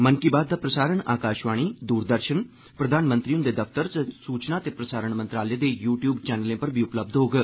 मन की बात दा प्रसारण आकाषवाणी दूरदर्षन प्रधानमंत्री हुन्दे दफ्तर ते सूचना ते प्रसारण मंत्रालय दे यू टयूब चैनले पर बी उपलब्ध होग